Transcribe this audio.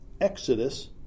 Exodus